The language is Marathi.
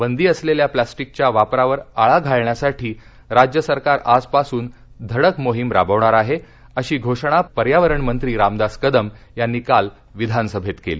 बंदी असलख्या प्लास्टिकच्या वापरावर आळा घालण्यासाठी राज्य सरकार आजपासून धडक योजना राबवणार आहखिशी घोषणा पर्यावरण मंत्री रामदास कदम यांनी काल विधान सभतीक्ली